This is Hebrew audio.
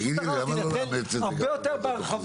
תגיד לי, למה לא לאמץ את זה גם בוועדות המחוזיות?